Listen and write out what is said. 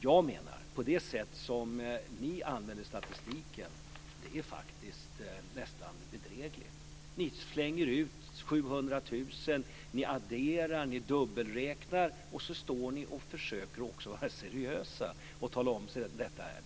Jag menar att det sätt som ni använder statistiken nästan är bedrägligt. Ni slänger ur er siffran 700 000, ni adderar, ni dubbelräknar, och sedan försöker ni också att vara seriösa och tala om hur det är.